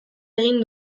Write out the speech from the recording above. egin